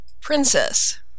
Princess